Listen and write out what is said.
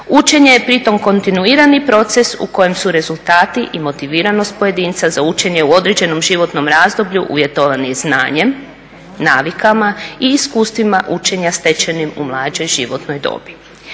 Učenje je pri tome kontinuirani proces u kojem su rezultati i motiviranost pojedinca za učenje u određenom životnom razdoblju uvjetovani znanjem, navikama i iskustvima učenja stečenim u mlađoj životnoj dobi.